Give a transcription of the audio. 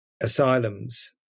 asylums